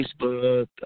Facebook